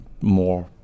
more